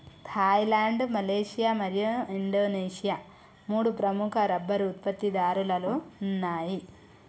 Thailand, Malaysia మరియు Indonesia మూడు ప్రముఖ రబ్బరు ఉత్పత్తిదారులలో ఉన్నాయి